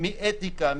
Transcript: אתיקה,